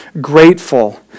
grateful